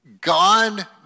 God